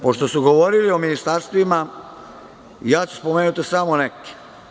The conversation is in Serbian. Pošto su govorili o ministarstvima, ja ću spomenuti samo neke.